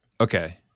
Okay